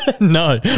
No